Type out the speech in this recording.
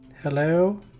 hello